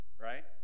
Right